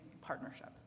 partnership